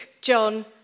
John